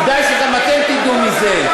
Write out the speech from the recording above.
כדאי שגם אתם תדעו מזה.